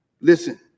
Listen